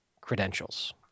credentials